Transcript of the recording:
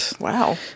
wow